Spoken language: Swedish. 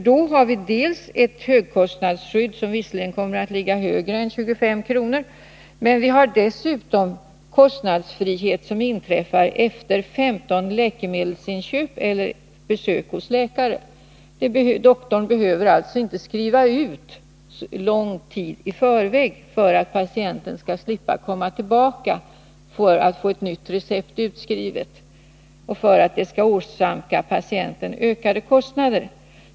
Då får vi dels ett högkostnadsskydd, som visserligen kommer att ligga högre än 25 kr., dels får vi kostnadsfrihet, som inträder efter 15 läkemedelsinköp eller besök hos läkare. Doktorn behöver alltså inte skriva ut medicin för lång tid i förväg för att patienterna skall slippa komma tillbaka för att få nytt recept och därigenom åsamkas ökade kostnader.